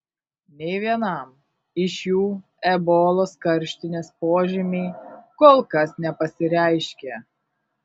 nei vienam iš jų ebolos karštinės požymiai kol kas nepasireiškė